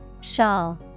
Shawl